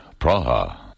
Praha